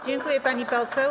Dziękuję, pani poseł.